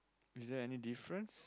is there any difference